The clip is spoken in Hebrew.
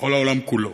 בכל העולם כולו,